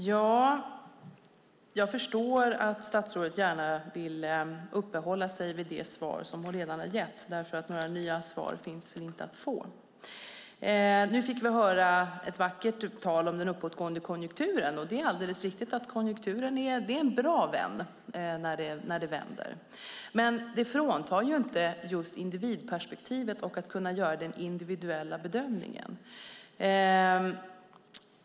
Fru talman! Jag förstår att statsrådet gärna vill uppehålla sig vid det svar som hon redan har gett, därför att några nya svar finns väl inte att få. Nu fick vi höra ett vackert tal om den uppåtgående konjunkturen. Och det är alldeles riktigt att konjunkturen är en bra vän när det vänder, men det fråntar ju inte just individperspektivet och möjligheten att göra den individuella bedömningen.